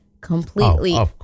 completely